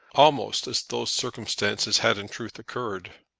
almost as those circumstances had in truth occurred.